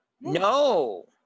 No